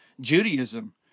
Judaism